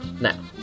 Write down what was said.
Now